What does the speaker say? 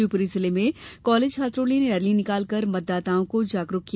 शिवपुरी जिले में कालेज छात्रों ने रैली निकालकर मतदाताओं को जागरुक किया